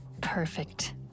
Perfect